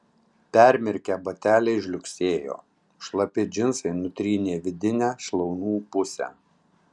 permirkę bateliai žliugsėjo šlapi džinsai nutrynė vidinę šlaunų pusę